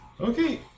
Okay